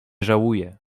żałuje